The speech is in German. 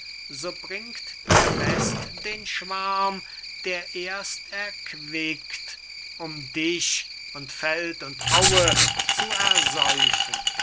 so bringt der west den schwarm der erst erquickt um dich und feld und aue zu ersäufen